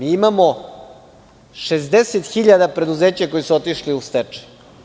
Imamo 60.000 preduzeća koja su otišla u stečaj.